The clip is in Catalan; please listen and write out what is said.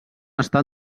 està